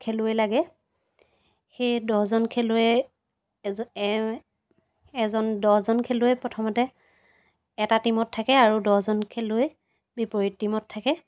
খেলুৱৈ লাগে সেই দহজন খেলুৱৈয়ে এজন দহজন খেলুৱৈয়ে প্ৰথমতে এটা টীমত থাকে আৰু দহজন খেলুৱৈ বিপৰীত টীমত থাকে